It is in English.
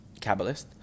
Kabbalist